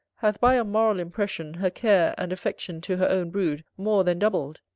hath by a moral impression her care and affection to her own brood more than doubled,